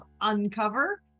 Uncover